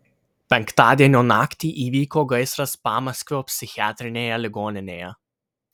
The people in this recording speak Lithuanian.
penktadienio naktį įvyko gaisras pamaskvio psichiatrinėje ligoninėje